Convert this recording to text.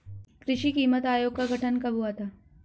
कृषि कीमत आयोग का गठन कब हुआ था?